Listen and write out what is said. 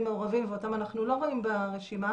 מעורבים ואותם אנחנו לא רואים ברשימה,